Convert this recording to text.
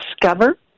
discover